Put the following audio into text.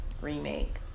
remake